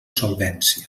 solvència